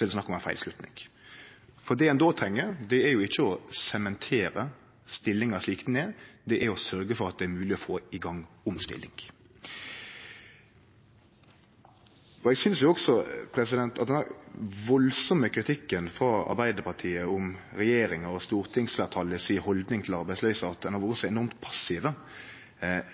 det snakk om ei feil slutning. Det ein då treng, er jo ikkje å sementere stillinga slik ho er, men å sørgje for at det er mogleg å få i gang omstilling. Så synest vi også at den krasse kritikken frå Arbeidarpartiet om regjeringa og stortingsfleirtalet si haldning til arbeidsløysa, at ein har vore så enormt passiv,